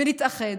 ונתאחד,